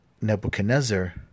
Nebuchadnezzar